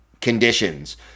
conditions